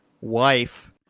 wife